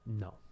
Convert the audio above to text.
No